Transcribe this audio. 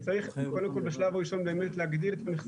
מגיעים ומכינים את המשק